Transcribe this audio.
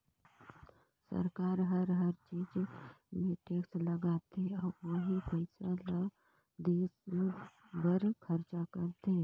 सरकार हर हर चीच मे टेक्स लगाथे अउ ओही पइसा ल देस बर खरचा करथे